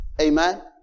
Amen